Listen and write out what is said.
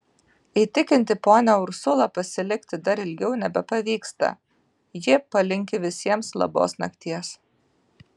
įtikinti ponią ursulą pasilikti dar ilgiau nebepavyksta ji palinki visiems labos nakties